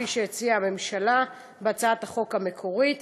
כפי שהציעה הממשלה בהצעת החוק המקורית,